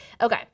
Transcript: Okay